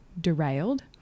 derailed